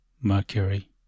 Mercury